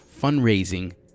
fundraising